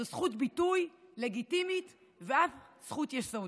זו זכות ביטוי לגיטימית ואף זכות יסוד.